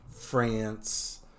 France